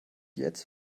jetzt